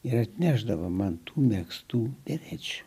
ir atnešdavo man tų megztų berečių